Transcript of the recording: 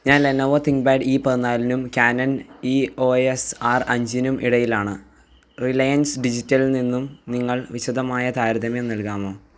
ഞാൻ Lenovo ThinkPad E പതിനാലിനും Canon E O S R അഞ്ചിനും ഇടയിലാണ് റിലയൻസ് ഡിജിറ്റൽ നിന്നും നിങ്ങൾ വിശദമായ താരതമ്യം നൽകാമോ